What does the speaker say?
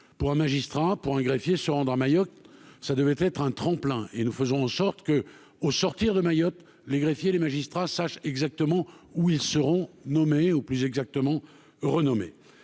pour un magistrat pour un greffier, se rendre à Mayotte, ça devait être un tremplin et nous faisons en sorte que, au sortir de Mayotte, les greffiers, les magistrats sache exactement où ils seront nommés ou plus exactement renommé,